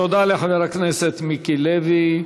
תודה לחבר הכנסת מיקי לוי.